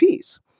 Ps